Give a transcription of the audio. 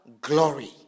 glory